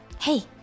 Hey